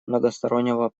многостороннего